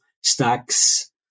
stacks